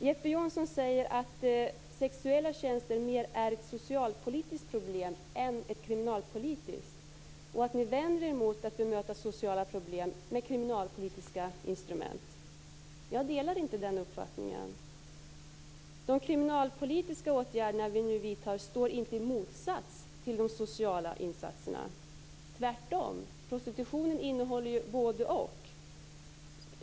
Jeppe Johnsson säger att sexuella tjänster mer är ett socialpolitiskt problem än ett kriminalpolitiskt och vänder sig emot att man bemöter sociala problem med kriminalpolitiska instrument. Jag delar inte den uppfattningen. De kriminalpolitiska åtgärder vi nu vidtar står inte i motsats till de sociala insatserna, tvärtom. Prostitutionen innehåller ju både-och.